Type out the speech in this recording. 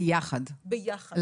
למה ביחד?